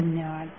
धन्यवाद